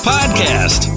Podcast